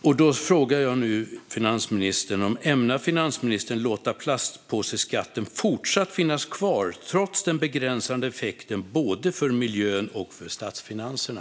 Jag frågar nu finansministern: Ämnar finansministern låta plastpåseskatten finnas kvar trots den begränsande effekten både för miljön och för statsfinanserna?